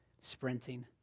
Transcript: sprinting